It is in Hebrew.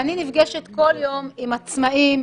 אני נפגשת כל יום עם עצמאיים,